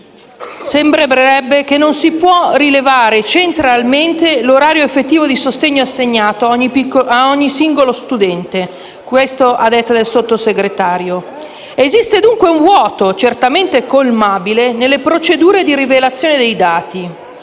sembrerebbe che non si possa rilevare centralmente l'orario effettivo di sostegno assegnato a ogni singolo studente, a detta del Sottosegretario. Esiste dunque un vuoto, certamente colmabile, nelle procedure di rilevazione dei dati